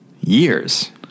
Years